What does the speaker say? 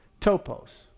topos